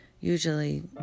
usually